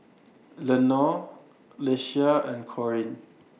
Lenore Leshia and Corine